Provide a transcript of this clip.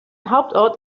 hauptort